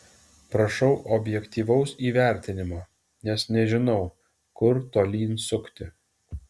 prašau objektyvaus įvertinimo nes nežinau kur tolyn sukti